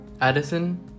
Addison